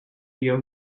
your